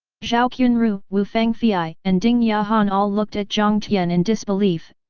zhao qianru, wu fangfei and ding yahan all looked at jiang tian in disbelief,